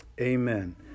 Amen